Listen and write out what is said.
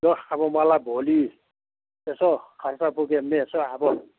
ल अब मलाई भोलि यसो खर्च पुग्यो भने यसो अब